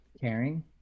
caring